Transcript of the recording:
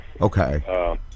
Okay